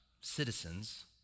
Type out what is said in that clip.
citizens